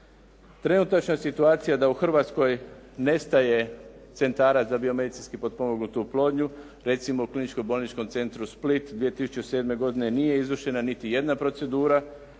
Trenutačna situacija da u Hrvatskoj nestaje centara za biomedicinsku potpomognutu oplodnju. Recimo u Kliničkom bolničkom centru "Split" 2007. godine nije izvršena niti jedna procedura,